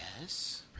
Yes